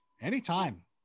Anytime